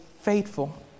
faithful